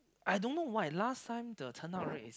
I don't know why last time the turn out rate is